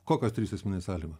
kokios trys esminės sąlygos